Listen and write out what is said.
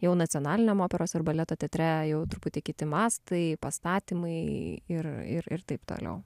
jau nacionaliniam operos ir baleto teatre jau truputį kiti mastai pastatymai ir ir ir taip toliau